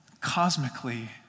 cosmically